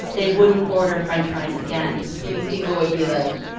they wouldn't order french fries again meaning people would be like,